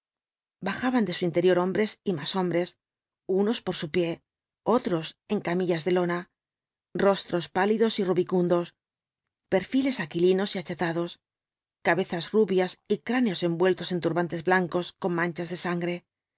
bajaban de su interior hombres y más hombres unos por su pie otros en camillas de lona rostros pálidos v rubicundos perfiles aquilinos y achatados cabezas rubias y cráneos envueltos en turbantes blancos con manchas de sangre